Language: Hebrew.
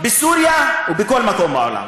בסוריה ובכל מקום בעולם.